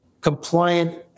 compliant